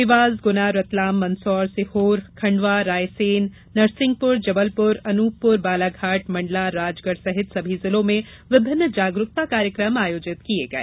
देवास गुना रतलाम मंदसौर सीहोर खंडवा रायसेन नरसिंहपुर जबलपुर अनूपपूर बालाघाट मंडलाराजगढ़ सहित सभी जिलों में विभिन्न जागरूकता कार्यक्रम आयोजित किये गये